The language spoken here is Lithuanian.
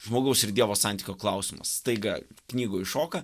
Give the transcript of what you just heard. žmogaus ir dievo santykio klausimas staiga knygoj iššoka